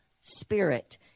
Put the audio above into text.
spirit